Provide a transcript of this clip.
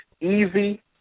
easy